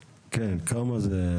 כן, כמה זה?